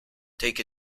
take